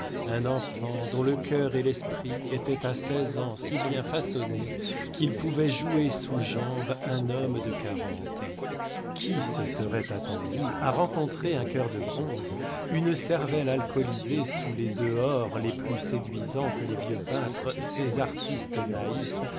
un enfant dont le cœur et l'esprit étaient à seize ans si bien façonnés qu'il pouvait jouer sous jambe un homme de quarante qui se serait attendu à rencontrer un cœur de bronze une cervelle alcoolisée sous les dehors les plus séduisants que les vieux peintres ces artistes naïfs